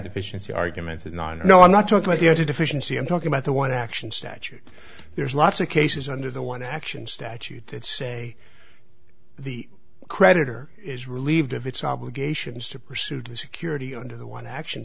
deficiency argument is not no i'm not talking about your deficiency i'm talking about the one action statute there's lots of cases under the one action statute that say creditor is relieved of its obligations to pursuit of security under the one action